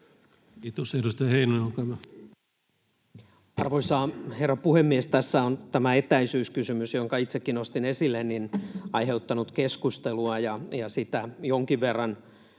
muuttamisesta Time: 19:51 Content: Arvoisa herra puhemies! Tässä on tämä etäisyyskysymys, jonka itsekin nostin esille, aiheuttanut keskustelua. Jonkin verran